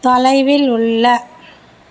தொலைவில் உள்ள